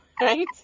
Right